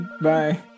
Bye